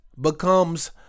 becomes